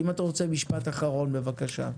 אם אתה רוצה משפט אחרון, בבקשה.